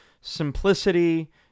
simplicity